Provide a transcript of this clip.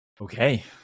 Okay